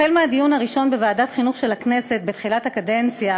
החל מהדיון הראשון בוועדת החינוך של הכנסת בתחילת הקדנציה